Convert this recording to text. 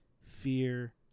fear